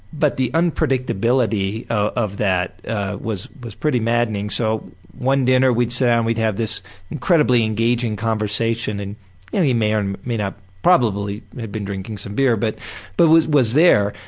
but the unpredictability of that was was pretty maddening so one dinner we'd sit down and we'd have this incredibly engaging conversation and yeah he may or and may not probably had been drinking some beer, but but was was there.